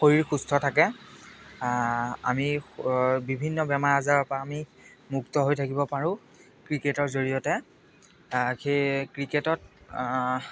শৰীৰ সুস্থ থাকে আমি অ বিভিন্ন বেমাৰ আজাৰৰ পৰা আমি মুক্ত হৈ থাকিব পাৰোঁ ক্ৰিকেটৰ জৰিয়তে সেই ক্ৰিকেটত